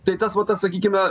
tai tas va tas sakykime